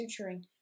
suturing